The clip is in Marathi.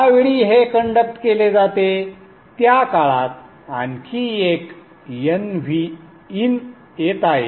ज्या वेळी हे कंडक्ट केले जाते त्या काळात आणखी एक nVin येत आहे